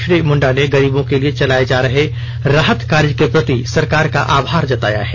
श्री मुंडा ने गरीबों के लिए चलाये जा रहे राहत कार्य के प्रति सरकार का आभार जताया है